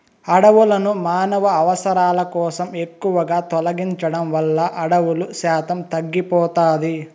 అడవులను మానవ అవసరాల కోసం ఎక్కువగా తొలగించడం వల్ల అడవుల శాతం తగ్గిపోతాది